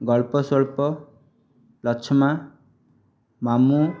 ଗଳ୍ପସ୍ୱଳ୍ପ ଲଛମା ମାମୁଁ